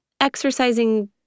exercising